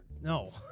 no